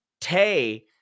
Tay